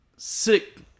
sick